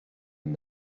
and